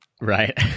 Right